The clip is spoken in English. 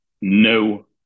no